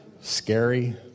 scary